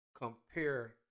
compare